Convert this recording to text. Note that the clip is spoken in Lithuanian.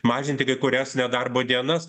mažinti kai kurias nedarbo dienas